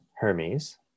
Hermes